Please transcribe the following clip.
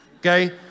Okay